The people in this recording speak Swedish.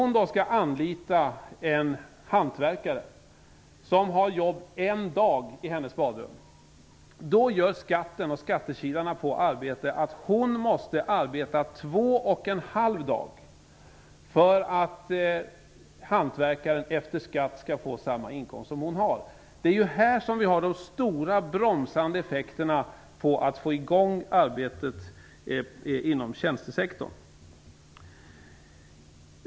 Om hon skall anlita en hantverkare som har jobb en dag i hennes badrum, då gör skatten och skattekilarna att hon måste arbeta två och en halv dag för att hantverkaren efter skatt skall få samma inkomst som hon har. Det är ju här som de stora bromsande effekterna finns för att få i gång arbetet inom tjänstesektorn.